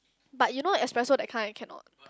but you know espresso that kind I cannot